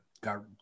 got